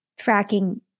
fracking